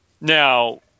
now